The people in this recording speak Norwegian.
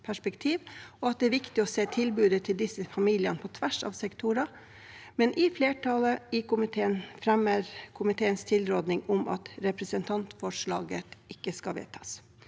og at det er viktig å se tilbudet til disse familiene på tvers av sektorer, men flertallet i komiteen fremmer komite ens tilråding om at representantforslaget ikke skal vedtas.